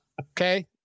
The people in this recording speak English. okay